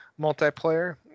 multiplayer